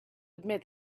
admit